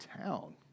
town